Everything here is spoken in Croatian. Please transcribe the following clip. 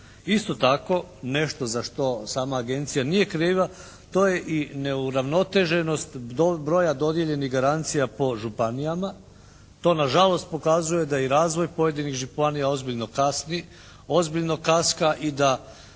Isto tako nešto za što sama Agencija nije kriva to je i neuravnoteženost broja dodijeljenih garancija po županijama. To nažalost pokazuje da i razvoj pojedinih županija ozbiljno kasni, ozbiljno kaska i da